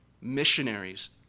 missionaries